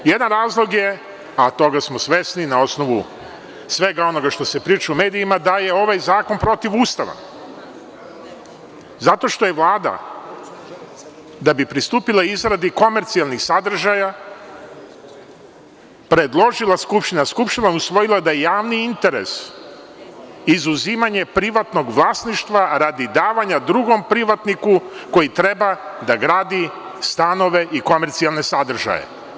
Jedan razlog je, a toga smo svesni na osnovu svega onoga što se priča u medijima, da je ovaj zakon protivustavan zato što je Vlada da bi pristupila izradi komercijalnih sadržaja, predložila Skupštini a Skupština je usvojila da je javni interes izuzimanje privatnog vlasništva radi davanja drugom privatniku koji treba da gradi stanove i komercijalne sadržaje.